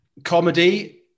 Comedy